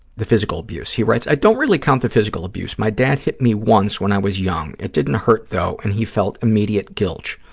the physical abuse. he writes, i don't really count the physical abuse. my dad hit me once when i was young. it didn't hurt, though, and he felt immediate guilt,